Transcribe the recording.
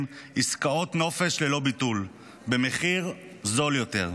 עסקאות נופש ללא ביטול במחיר זול יותר,